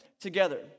together